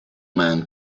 man